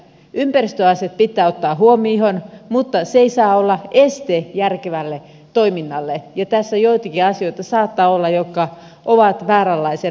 ympäristöasiat pitää ottaa huomioon mutta se ei saa olla este järkevälle toiminnalle ja tässä saattaa olla joitakin asioita jotka ovat vääränlaisena hidasteena